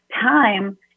time